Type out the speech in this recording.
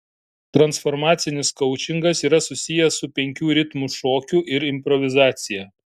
transformacinis koučingas yra susijęs su penkių ritmų šokiu ir improvizacija